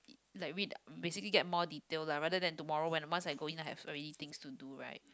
like read basically get more detail lah rather than tomorrow when once I go in I have already things to do right